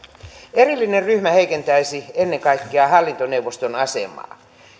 erillinen ryhmä heikentäisi ennen kaikkea hallintoneuvoston asemaa